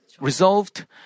resolved